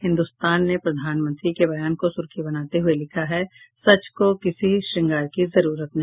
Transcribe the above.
हिन्दुस्तान ने प्रधानमंत्री के बयान को सुर्खी बनाते हुये लिखा है सच को किसी श्रंगार की जरूरत नहीं